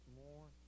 more